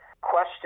question